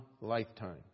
lifetime